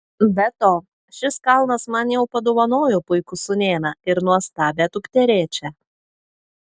be to šis kalnas man jau padovanojo puikų sūnėną ir nuostabią dukterėčią